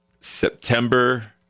September